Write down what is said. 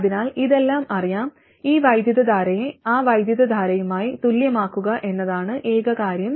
അതിനാൽ ഇതെല്ലാം അറിയാം ഈ വൈദ്യുതധാരയെ ആ വൈദ്യുതധാരയുമായി തുല്യമാക്കുക എന്നതാണ് ഏക കാര്യം